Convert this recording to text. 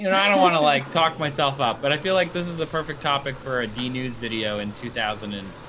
and i don't want to like talk myself up, but i feel like this is the perfect topic for a dnews video in two thousand and,